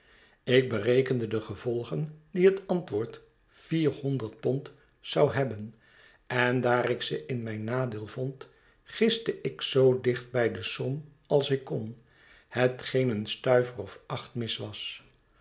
ik berekende de gevolgen die het antwoord vierhonderd pond zou hebben en daar ik ze in mijnnadeel vond giste ik zoo dicht bij de som als ik kon hetgeen een stuiver of acht mis was